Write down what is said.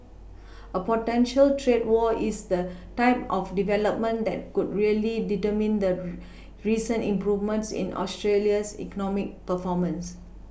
a potential trade war is the type of development that could really undermine the recent improvement in Australia's economic performance